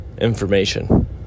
information